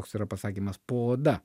toks yra pasakymas po oda